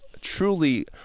truly